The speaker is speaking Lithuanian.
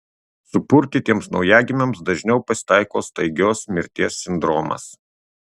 supurtytiems naujagimiams dažniau pasitaiko staigios mirties sindromas